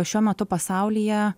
šiuo metu pasaulyje